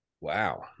Wow